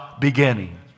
beginning